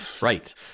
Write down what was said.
right